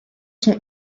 sont